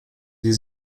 sie